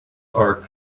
are